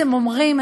אתם אומרים,